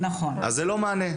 אז זה לא מענה.